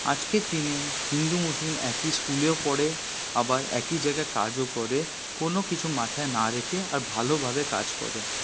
আজকের দিনে হিন্দু মুসলিম একই স্কুলেও পড়ে আবার একই জায়গায় কাজও করে কোনো কিছু মাথায় না রেখে আর ভালোভাবে কাজ করে